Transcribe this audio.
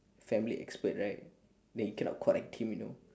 family expert right then you cannot correct him you know